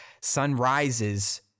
sunrises